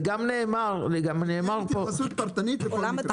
וגם נאמר פה -- תהיה התייחסות פרטנית לכל מקרה.